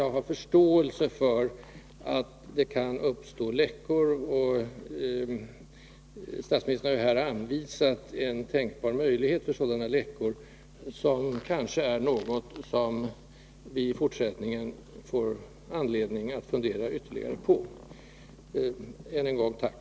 Jag förstår att det kan uppstå läckor, och statsministern har här anvisat en tänkbar möjlighet för sådana läckor, som kanske är något som vi i fortsättningen får anledning att fundera ytterligare på. Än en gång tack!